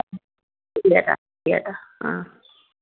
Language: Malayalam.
ശരി ചേട്ടാ ശരി ചേട്ടാ ആ